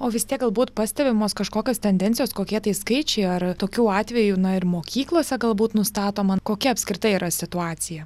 o vis tiek galbūt pastebimos kažkokios tendencijos kokie tai skaičiai ar tokių atvejų na ir mokyklose galbūt nustatoma kokia apskritai yra situacija